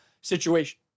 situation